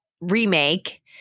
remake